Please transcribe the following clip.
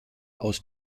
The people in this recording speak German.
aus